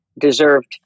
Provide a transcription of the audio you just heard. deserved